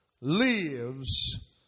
lives